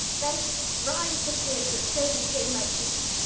thence rise the tears that so distain my cheeks,